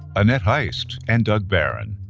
annette heist and doug barron.